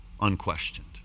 unquestioned